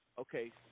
okay